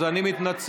אז אני מתנצל.